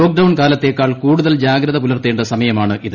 lockdown കാലത്തേക്കാൾ കൂടുതൽ പുലർത്തേണ്ട സമയമാണിത്